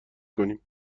کنیم